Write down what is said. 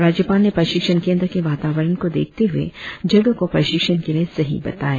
राज्यपाल ने प्रशिक्षण केंद्र के वातार्वरण को देखते हुए जगह को प्रशिक्षण के लिए सही बताया